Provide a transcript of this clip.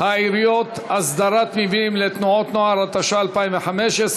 העיריות (הסדרת מבנים לתנועות נוער), התשע"ה 2015,